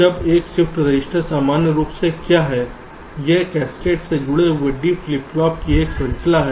अब एक shift register सामान्य रूप से क्या है यह कैस्केड में जुड़े D फ्लिप फ्लॉप की एक श्रृंखला है